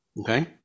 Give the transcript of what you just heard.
Okay